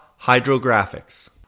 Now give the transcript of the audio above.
Hydrographics